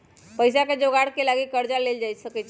पइसाके जोगार के लागी कर्जा लेल जा सकइ छै